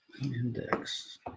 Index